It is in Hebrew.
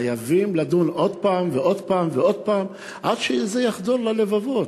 חייבים לדון עוד פעם ועוד פעם עד שזה יחדור ללבבות.